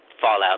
Fallout